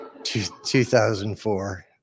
2004